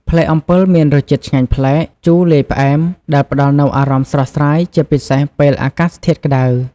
ផ្លែអំពិលមានរសជាតិឆ្ងាញ់ប្លែក ជូរលាយផ្អែម ដែលផ្តល់នូវអារម្មណ៍ស្រស់ស្រាយជាពិសេសពេលអាកាសធាតុក្តៅ។